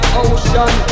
ocean